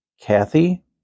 Kathy